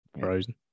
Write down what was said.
frozen